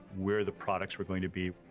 where the products were going to be,